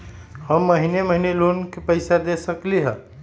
हम महिने महिने लोन के पैसा दे सकली ह?